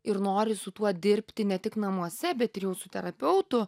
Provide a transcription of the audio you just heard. ir nori su tuo dirbti ne tik namuose bet ir jau su terapeutu